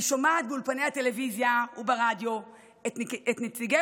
אני שומעת באולפני הטלוויזיה וברדיו את נציגי